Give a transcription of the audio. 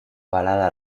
balada